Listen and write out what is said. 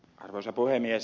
arvoisa puhemies